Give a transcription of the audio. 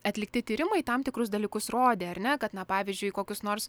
atlikti tyrimai tam tikrus dalykus rodė ar ne kad na pavyzdžiui kokius nors